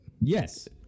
Yes